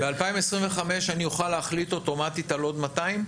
ב-2025 אני אוכל להחליט אוטומטית על עוד 200?